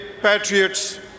patriots